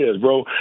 bro